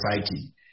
society